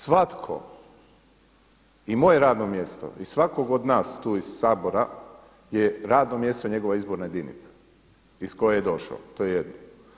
Svatko i moje radno mjesto i svakog od nas tu iz Sabora je radno mjesto njegova izborna jedinica iz koje je došao, to je jedno.